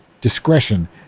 discretion